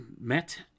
met